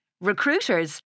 Recruiters